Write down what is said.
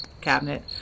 cabinet